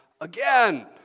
again